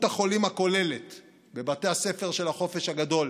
מספר החולים הכולל בבתי הספר של החופש הגדול